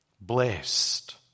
blessed